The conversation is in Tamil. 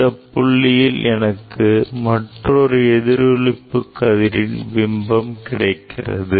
இந்த புள்ளியில் எனக்கு மற்றொரு எதிரொளிப்பு கதிரின் பிம்பம் கிடைக்கிறது